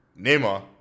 Neymar